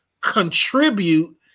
contribute